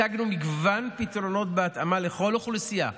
הצגנו מגוון פתרונות בהתאמה לכל אוכלוסייה,